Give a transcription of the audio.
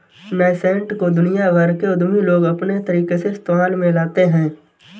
nascent को दुनिया भर के उद्यमी लोग अपने तरीके से इस्तेमाल में लाते हैं